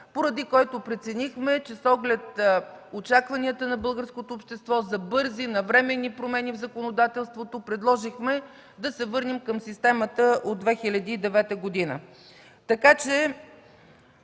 поради което преценихме, и с оглед очакванията на българското общество за бързи, навременни промени в законодателството предложихме да се върнем към системата от 2009 г. Повтарям: